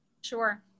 Sure